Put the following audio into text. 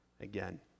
again